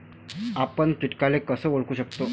आपन कीटकाले कस ओळखू शकतो?